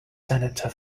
senator